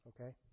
okay